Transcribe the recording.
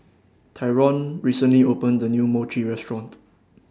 Tyron recently opened A New Mochi Restaurant